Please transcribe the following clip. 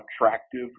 attractive